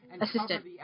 assistant